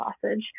sausage